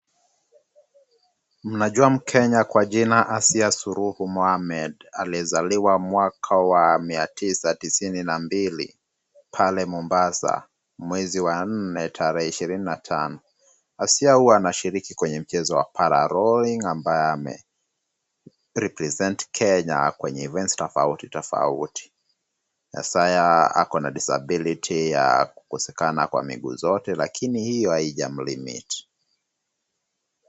Mnajua mkenya kwa jina Asiya Sururu Mohamed, aliyezaliwa mwaka wa 1992 pale Mombasa mwezi wa Aprili 24. Asiya huwa anashiriki kwa mchezo wa para-rowing ambaye amerepresent Kenya kwa competition tofauti na sasa yeye ako na disability ya kukosekana kwa miguu yote lakini iyo haija mlimit .